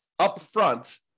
upfront